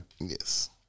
Yes